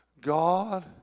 God